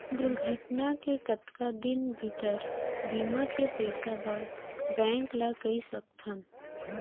दुर्घटना के कतका दिन भीतर बीमा के पइसा बर बैंक ल कई सकथन?